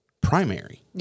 primary